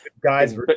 guys